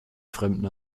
fremden